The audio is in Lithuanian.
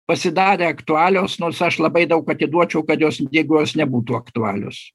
pasidarė aktualios nors aš labai daug atiduočiau kad jos jeigu jos nebūtų aktualios